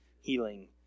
healing